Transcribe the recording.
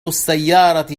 السيارة